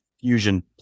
fusion